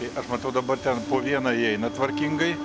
tai aš matau dabar ten po vieną įeina tvarkingai